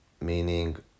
meaning